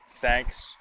Thanks